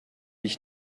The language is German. ich